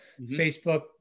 Facebook